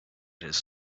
his